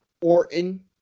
Orton